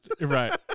Right